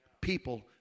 People